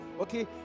Okay